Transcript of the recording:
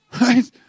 Right